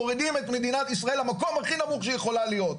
מורידים את מדינת ישראל למקום הכי נמוך שהיא יכולה להיות,